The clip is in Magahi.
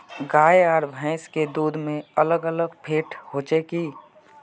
गाय आर भैंस के दूध में अलग अलग फेट होचे की?